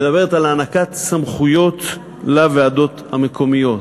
מדברת על מתן סמכויות לוועדות המקומיות.